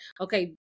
okay